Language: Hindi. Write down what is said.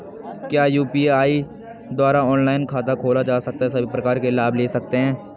क्या यु.पी.आई द्वारा ऑनलाइन खाता खोला जा सकता है सभी प्रकार के लाभ ले सकते हैं?